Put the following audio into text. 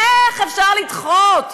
איך אפשר לדחות?